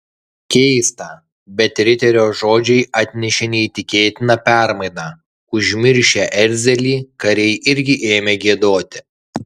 keista bet riterio žodžiai atnešė neįtikėtiną permainą užmiršę erzelį kariai irgi ėmė giedoti